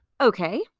okay